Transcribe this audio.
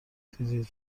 دیدید